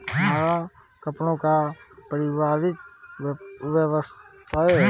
हमारा कपड़ों का पारिवारिक व्यवसाय है